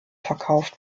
verkauft